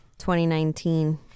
2019